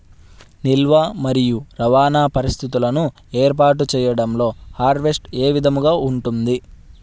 నిల్వ మరియు రవాణా పరిస్థితులను ఏర్పాటు చేయడంలో హార్వెస్ట్ ఏ విధముగా ఉంటుంది?